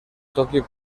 tokio